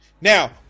Now